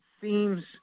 seems